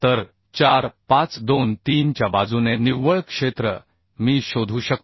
तर 4 5 2 3 च्या बाजूने निव्वळ क्षेत्र मी शोधू शकतो